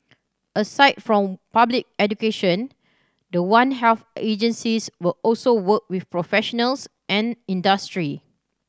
aside from public education the One Health agencies will also work with professionals and industry